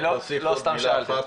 אני לא סתם שאלתי.